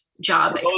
job